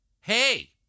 hey